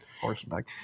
horseback